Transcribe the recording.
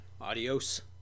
Adios